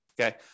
Okay